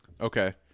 okay